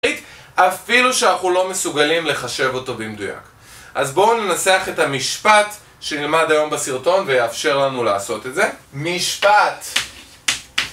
אפילו שאנחנו לא מסוגלים לחשב אותו במדויק אז בואו ננסח את המשפט שנלמד היום בסרטון ויאפשר לנו לעשות את זה משפט